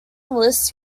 lists